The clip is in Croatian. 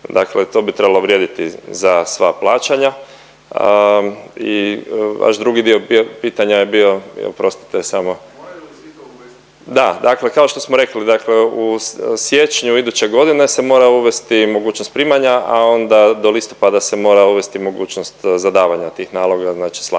dakle to bi trebalo vrijediti za sva plaćanja i vaš drugi dio je bio, pitanja je bio i oprostite samo …/Upadica Mandarić se ne razumije./…da, dakle kao što smo rekli dakle u siječnju iduće godine se mora uvesti mogućnost primanja, a onda do listopada se mora uvesti mogućnost zadavanja tih naloga znači slanja